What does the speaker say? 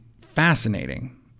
fascinating